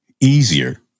easier